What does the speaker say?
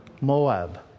Moab